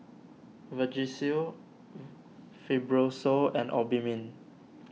Vagisil Fibrosol and Obimin